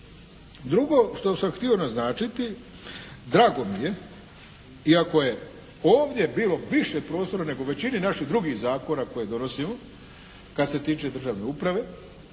Drugo što sam htio naznačiti, drago mi je, iako je ovdje bilo više prostora nego u većini naših drugih zakona koje donosimo kad se tiče državne uprave